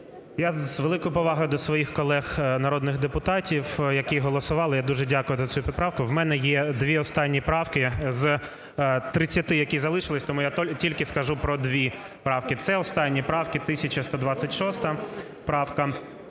Я з великою повагою до своїх колег – народних депутатів, які голосували. Я дуже дякую за цю поправку. У мене є дві останні правки з 30, які залишились. Тому я тільки скажу про дві правки. Це останні правки: 1126 правка.